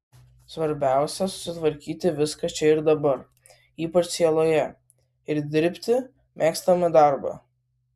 svarbiausia susitvarkyti viską čia ir dabar ypač sieloje ir dirbti mėgstamą darbą